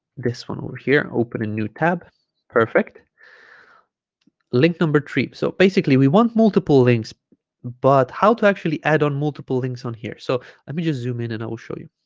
this one over here open a new tab perfect link number three so basically we want multiple links but how to actually add on multiple links on here so let me just zoom in and i will show you